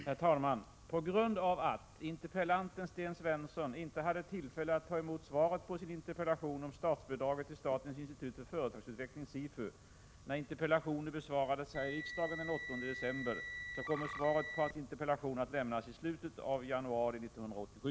Herr talman! På grund av att interpellanten Sten Svensson inte hade tillfälle att ta emot svaret på sin interpellation om statsbidraget till statens institut för företagsutveckling när interpellationer besvarades här i riksdagen den 8 december, kommer svaret på hans interpellation att lämnas i slutet av januari 1987.